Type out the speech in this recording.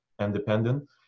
independent